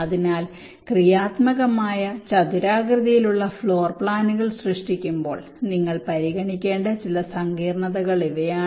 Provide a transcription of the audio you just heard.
അതിനാൽ ക്രിയാത്മകമായ ചതുരാകൃതിയിലുള്ള ഫ്ലോർ പ്ലാനുകൾ സൃഷ്ടിക്കുമ്പോൾ നിങ്ങൾ പരിഗണിക്കേണ്ട ചില സങ്കീർണതകൾ ഇവയാണ്